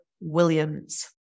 Williams